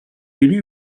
élus